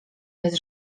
bez